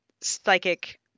psychic